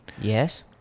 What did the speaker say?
Yes